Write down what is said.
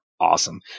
awesome